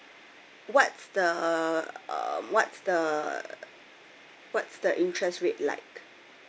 what's the uh what's the what's the interest rate like